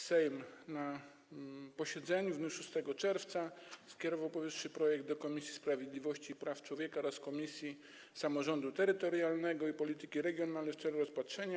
Sejm na posiedzeniu w dniu 6 czerwca skierował powyższy projekt do Komisji Sprawiedliwości i Praw Człowieka oraz Komisji Samorządu Terytorialnego i Polityki Regionalnej w celu rozpatrzenia.